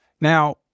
Now